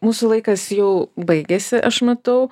mūsų laikas jau baigiasi aš matau